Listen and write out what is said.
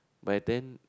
by then